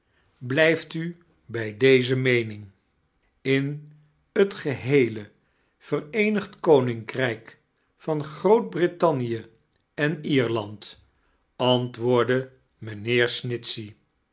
blijft u bij deze meening in het geheele vereemdgd koninkrijk van gneot-brittemje en ierland antwoordde mijnheer